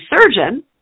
surgeon